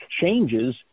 changes